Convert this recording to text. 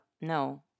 no